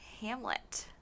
Hamlet